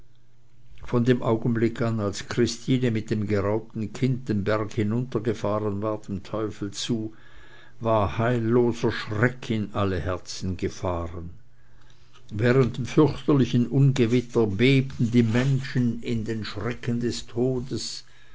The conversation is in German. von dem augenblicke an als christine mit dem geraubten kinde den berg hinuntergefahren war dem teufel zu war heilloser schreck in alle herzen gefahren während dem fürchterlichen ungewitter bebten die menschen in den schrecken des todes